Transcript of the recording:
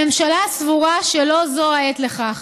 הממשלה סבורה שלא זו העת לכך.